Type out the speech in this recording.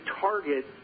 target